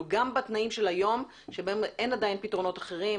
גם בתנאים של היום בהם אין עדיין פתרונות אחרים,